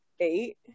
eight